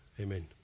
Amen